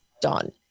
done